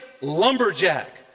lumberjack